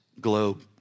globe